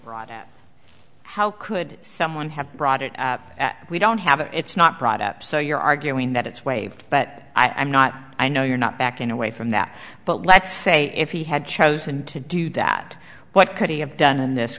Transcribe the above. brought up how could someone have brought it up we don't have it it's not brought up so you're arguing that it's waived but i'm not i know you're not backing away from that but let's say if he had chosen to do that what could he have done in this